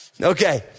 okay